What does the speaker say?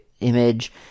image